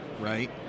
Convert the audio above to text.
Right